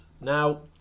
now